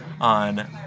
on